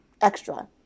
extra